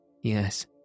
Yes